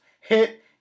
hit